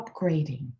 upgrading